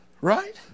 Right